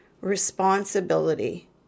responsibility